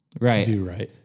right